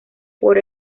por